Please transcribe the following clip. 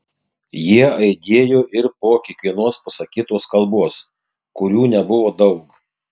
jie aidėjo ir po kiekvienos pasakytos kalbos kurių nebuvo daug